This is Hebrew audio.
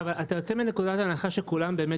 אבל אתה יוצא מנקודת הנחה שכולם באמת